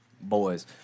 boys